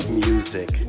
music